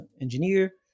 engineer